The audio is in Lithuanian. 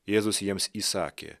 jėzus jiems įsakė